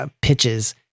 pitches